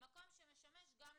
"מקום שמשמש גם למגורים",